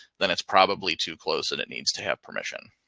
then it's probably too close and it needs to have permission